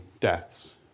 deaths